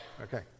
Okay